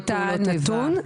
על זה אני צריכה לבדוק את הנתון.